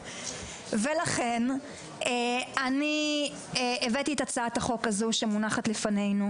ולכן אני הבאתי את הצעת החוק הזו שמונחת לפנינו,